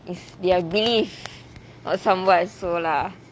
it's their belief or somewhat so lah